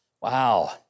wow